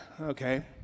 Okay